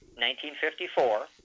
1954